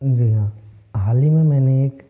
जी हाँ हाल ही में मैंने एक